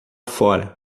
fora